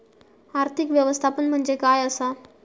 आर्थिक व्यवस्थापन म्हणजे काय असा?